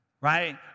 right